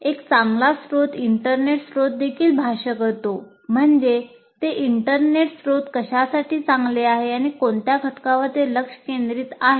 एक चांगला स्त्रोत इंटरनेट स्त्रोत देखील भाष्य करतो म्हणजे ते इंटरनेट स्त्रोत कशासाठी चांगले आहे किंवा कोणत्या घटकांवर ते लक्ष केंद्रित करीत आहे